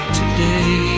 today